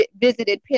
visited